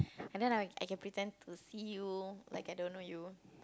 and then I I can pretend to see you like I don't know you